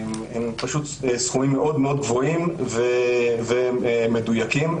הם מאוד גבוהים ומדויקים.